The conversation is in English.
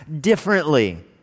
differently